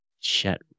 chat